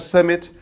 Summit